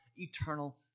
eternal